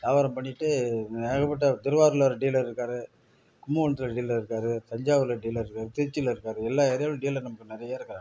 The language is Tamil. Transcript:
வியாபாரம் பண்ணிகிட்டு ஏகப்பட்ட திருவாரூரில் ஒரு டீலர் இருக்கார் கும்பகோணத்தில் டீலர் இருக்கார் தஞ்சாவூரில் டீலர் இருக்கார் திருச்சியில் இருக்கார் எல்லா ஏரியாவுலேயும் நமக்கு நிறைய இருக்கிறாங்க